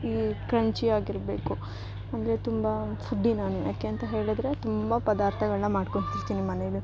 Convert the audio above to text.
ಈ ಕ್ರಂಚಿಯಾಗಿರಬೇಕು ಅಂದರೆ ತುಂಬ ಫುಡ್ಡಿ ನಾನು ಯಾಕೆಂತ ಹೇಳಿದರೆ ತುಂಬ ಪದಾರ್ಥಗಳ್ನ ಮಾಡ್ಕೊತಿರ್ತಿನಿ ಮನೇಲಿ